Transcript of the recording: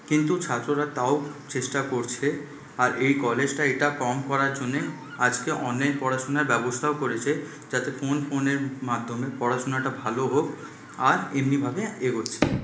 কিন্তু ছাত্ররা তাও চেষ্টা করছে আর এই কলেজটা এটা কম করার জন্যে আজকে অনেক পড়াশোনার ব্যবস্থাও করেছে যাতে ফোন ফোনের মাধ্যমে পড়াশোনাটা ভালো হোক আর এমনিভাবে এগোচ্ছে